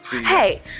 Hey